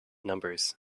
numbers